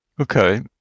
Okay